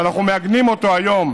שאנחנו מעגנים אותו היום,